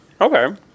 okay